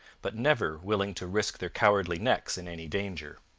but never willing to risk their cowardly necks in any danger.